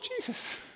Jesus